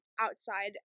outside